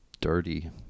dirty